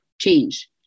change